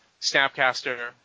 Snapcaster